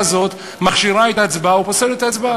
הזאת מכשירה את ההצבעה או פוסלת את ההצבעה.